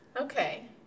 Okay